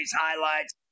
highlights